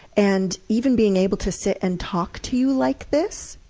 and even being able to sit and talk to you like this,